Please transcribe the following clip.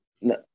No